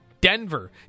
Denver